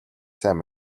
сайн